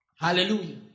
Hallelujah